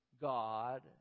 God